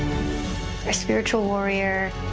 spiritual warrior,